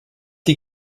die